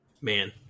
Man